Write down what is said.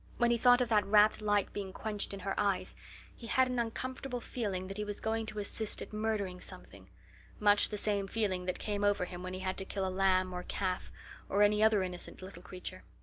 when he thought of that rapt light being quenched in her eyes he had an uncomfortable feeling that he was going to assist at murdering something much the same feeling that came over him when he had to kill a lamb or calf or any other innocent little creature.